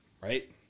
right